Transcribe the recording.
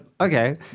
Okay